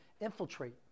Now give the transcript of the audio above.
infiltrate